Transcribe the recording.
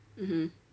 mmhmm